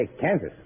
Kansas